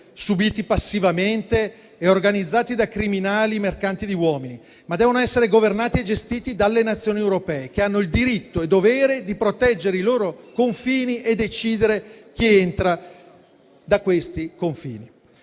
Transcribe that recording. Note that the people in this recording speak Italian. subiti passivamente e organizzati da criminali mercanti di uomini, ma devono essere governati e gestiti dalle Nazioni europee che hanno il diritto e il dovere di proteggere i loro confini e decidere chi farvi entrare.